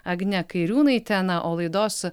agne kairiūnaite na o laidos